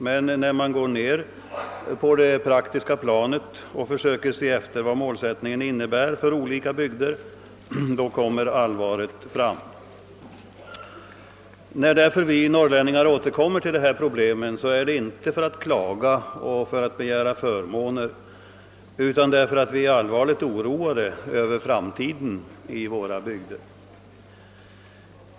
Men när man går ner på det praktiska planet och försöker se efter vad målsättningen innebär för olika bygder, då kommer allvaret fram. När därför vi norrlänningar återkommer till dessa problem är det inte för att klaga och begära förmåner, utan därför att vi är allvarligt oroade över framtiden i våra bygder.